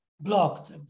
blocked